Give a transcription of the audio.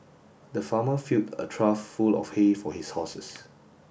the farmer filled a trough full of hay for his horses